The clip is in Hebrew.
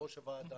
מיושב-ראש הוועדה,